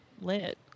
lit